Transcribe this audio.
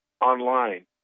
online